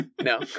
no